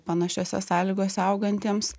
panašiose sąlygose augantiems